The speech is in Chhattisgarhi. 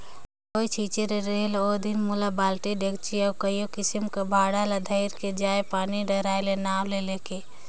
दवई छिंचे ले रहेल ओदिन मारे बालटी, डेचकी अउ कइयो किसिम कर भांड़ा ल धइर के जाएं पानी डहराए का नांव ले के